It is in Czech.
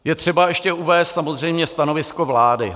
Je třeba ještě uvést samozřejmě stanovisko vlády.